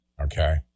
Okay